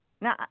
Now